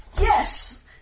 Yes